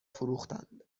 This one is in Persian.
فروختند